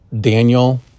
Daniel